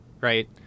right